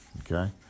Okay